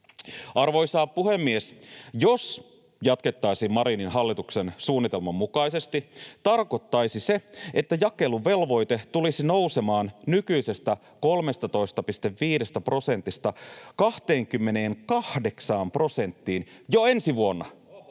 Arvoisa puhemies! Jos jatkettaisiin Marinin hallituksen suunnitelman mukaisesti, tarkoittaisi se, että jakeluvelvoite tulisi nousemaan nykyisestä 13,5 prosentista 28 prosenttiin jo ensi vuonna